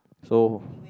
so